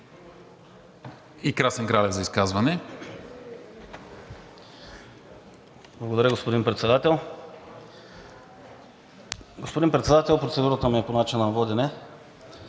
и Красен Кралев за изказване. МЮМЮН МЮМЮН (ДПС): Благодаря, господин Председател. Господин Председател, процедурата ми е по начина на водене.